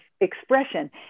expression